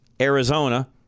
Arizona